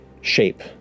shape